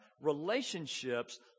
relationships